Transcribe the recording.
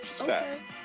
okay